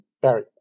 Barry